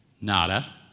Nada